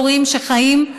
הורים שחיים,